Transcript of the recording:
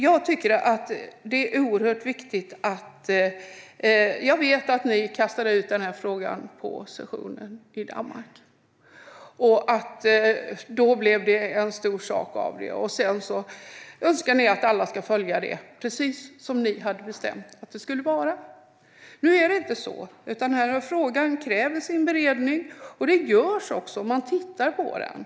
Jag vet att ni kastade ut frågan på sessionen i Danmark. Då blev det en stor sak av det. Sedan önskar ni att alla ska följa det och göra precis som ni hade bestämt att det skulle vara. Nu är det inte så, utan frågan kräver sin beredning. Det görs också en beredning, och man tittar på frågan.